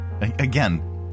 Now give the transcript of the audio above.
Again